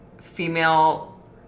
female